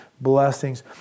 blessings